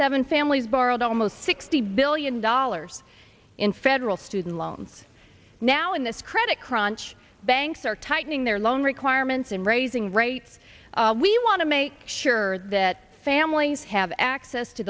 seven families borrowed almost sixty billion dollars in federal student loans now in this credit crunch banks are tightening their loan requirements and raising rates we want to make sure that families have access to